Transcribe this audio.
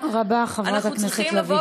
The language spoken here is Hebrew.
תודה רבה, חברת הכנסת לביא.